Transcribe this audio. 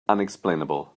unexplainable